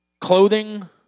clothing